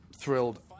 thrilled